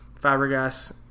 Fabregas